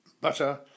butter